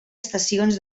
estacions